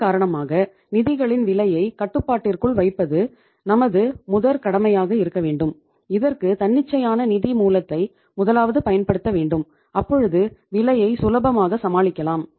இதன் காரணமாக நிதிகளின் விலையை கட்டுப்பாட்டிற்குள் வைப்பது நமது முதற் கடமையாக இருக்க வேண்டும் இதற்கு தன்னிச்சையான நிதி மூலத்தை முதலாவது பயன்படுத்த வேண்டும் அப்பொழுது விலையை சுலபமாக சமாளிக்கலாம்